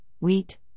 wheat